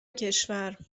کشور